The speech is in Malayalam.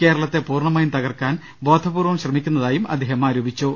കേരളത്തെ പൂർണ്ണമായും തകർക്കാൻ ബോധപൂർവൃം ശ്രമിക്കുന്നതായും അദ്ദേഹം ആരോപിച്ചു